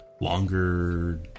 longer